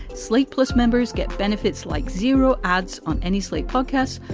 sleepless members get benefits like zero ads on any slate podcasts,